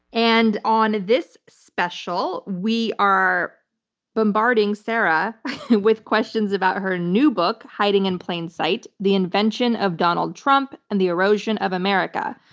and on this special, we are bombarding sarah with questions about her new book, hiding in plain sight the invention of donald trump and the erosion of america.